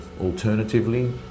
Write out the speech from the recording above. Alternatively